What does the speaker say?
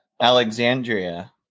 Alexandria